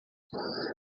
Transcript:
cães